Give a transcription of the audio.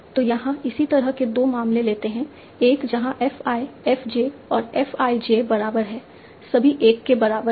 तो यहाँ इसी तरह के 2 मामले लेते हैं एक जहाँ f i f j और f i j बराबर है सभी 1 के बराबर है